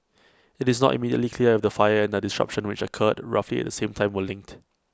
IT is not immediately clear if the fire and the disruption which occurred roughly at the same time were linked